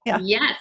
Yes